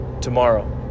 tomorrow